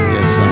Yes